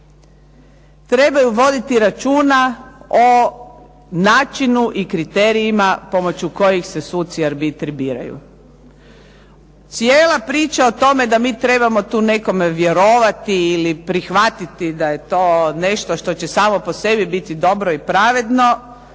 trebaju voditi računa o načinu i kriterijima pomoću kojih se suci arbitri biraju. Cijela priča o tome da mi trebamo tu nekome vjerovati, ili prihvatiti da je to nešto što će samo po sebi biti dobro i pravedno,